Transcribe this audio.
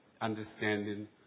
understanding